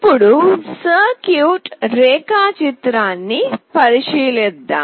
ఇప్పుడు సర్క్యూట్ రేఖాచిత్రాన్ని పరిశీలిద్దాం